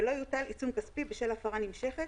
ולא יוטל עיצום כספי בשל הפרה נמשכת